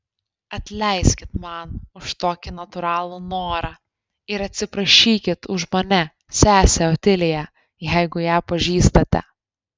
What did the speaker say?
atleiskit man už tokį natūralų norą ir atsiprašykit už mane sesę otiliją jeigu ją pažįstate